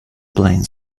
plain